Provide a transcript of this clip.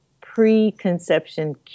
preconception